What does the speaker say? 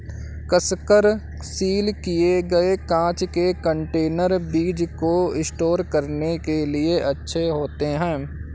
कसकर सील किए गए कांच के कंटेनर बीज को स्टोर करने के लिए अच्छे होते हैं